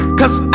cause